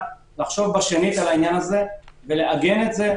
לחשוב שנית בעניין הזה ולעגן את זה,